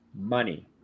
Money